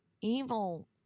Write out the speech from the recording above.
Evil